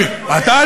אתה,